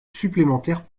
supplémentaire